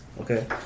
okay